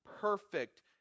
perfect